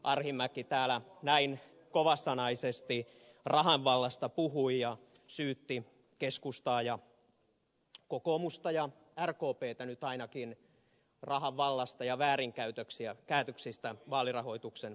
arhinmäki täällä näin kovasanaisesti rahan vallasta puhui ja syytti keskustaa ja kokoomusta ja rkptä nyt ainakin rahan vallasta ja väärinkäytöksistä vaalirahoituksen kohdalla